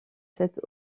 cette